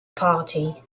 party